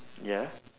ya